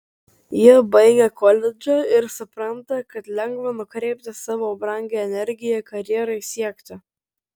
jie baigia koledžą ir supranta kad lengva nukreipti savo brangią energiją karjerai siekti